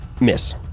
Miss